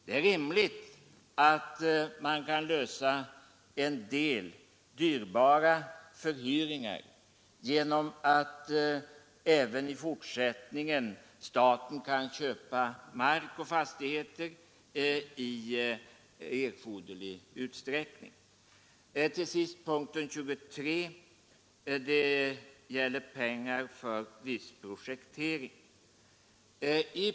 Det är rimligt att man kan lösa en del dyrbara förhyrningar genom att staten även i fortsättningen kan köpa mark och fastigheter i erforderlig utsträckning. Punkten 23 gäller pengar till vissa projekteringskostnader.